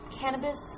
cannabis